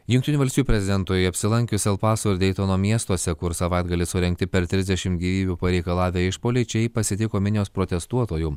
jungtinių valstijų prezidentui apsilankius el paso leitono miestuose kur savaitgalį surengti per trisdešimt gyvybių pareikalavę išpuoliai čia jį pasitiko minios protestuotojų